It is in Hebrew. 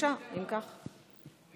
אם כך, בבקשה.